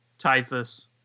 Typhus